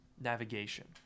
navigation